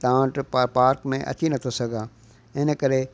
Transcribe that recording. तव्हां वटि पार्क में अची नथो सघां इन करे